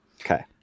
okay